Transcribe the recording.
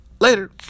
Later